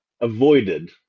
avoided